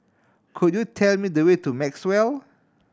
could you tell me the way to Maxwell